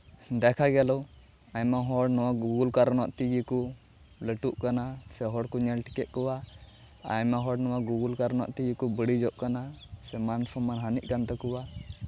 ᱫᱮᱠᱷᱟ ᱜᱮᱞᱚ ᱟᱭᱢᱟ ᱦᱚᱲ ᱱᱚᱣᱟ ᱜᱩᱜᱳᱞ ᱠᱟᱨᱚᱱᱚᱜ ᱛᱮᱜᱮ ᱠᱚ ᱞᱟᱹᱴᱩᱜ ᱠᱟᱱᱟ ᱥᱮ ᱦᱚᱲ ᱠᱚ ᱧᱮᱞ ᱴᱷᱤᱠᱚᱜ ᱠᱟᱱᱟ ᱟᱭᱢᱟ ᱦᱚᱲ ᱱᱚᱣᱟ ᱜᱩᱜᱳᱞ ᱠᱟᱨᱚᱱ ᱛᱮᱜᱮ ᱠᱚ ᱵᱟᱹᱲᱤᱡᱚᱜ ᱠᱟᱱᱟ ᱥᱮ ᱢᱟᱱ ᱥᱚᱱᱢᱟᱱ ᱦᱟᱹᱱᱤᱜ ᱠᱟᱱ ᱛᱟᱠᱚᱣᱟ